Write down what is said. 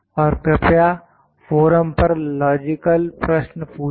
और कृपया फोरम पर लॉजिकल प्रश्न पूछे